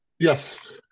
Yes